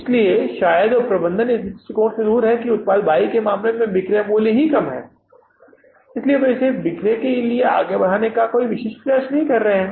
इसलिए शायद प्रबंधन इस दृष्टिकोण से दूर है कि उत्पाद वाई के मामले में बिक्री मूल्य कम है इसलिए वे इसे बिक्री के लिए आगे बढ़ाने के लिए कोई विशेष प्रयास नहीं कर रहे हैं